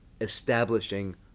establishing